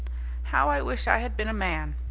how i wish i had been a man.